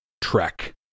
Trek